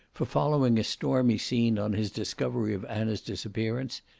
for following a stormy scene on his discovery of anna's disappearance,